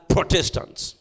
Protestants